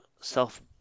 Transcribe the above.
self